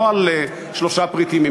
לא על שלושה פריטים,